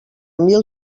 mil